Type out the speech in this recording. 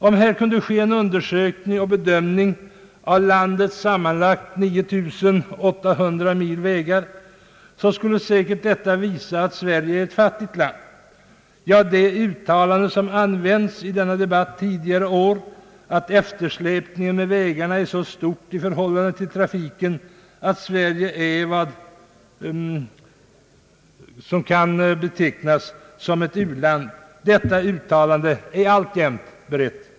Om det kunde ske en undersökning och bedömning av landets sammanlagt 9 800 mil vägar skulle säkert en sådan undersökning visa att Sverige är ett fattigt land. Ja, det uttalande är alltjämt berättigat som använts i denna debatt tidigare år, att eftersläpningen av vägarna är så stor i förhållande till trafiken att Sverige kan betecknas som ett u-land, vad vägarna beträffar.